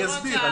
אני אסביר.